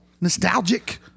nostalgic